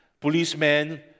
policemen